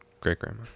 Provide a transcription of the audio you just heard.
Great-grandma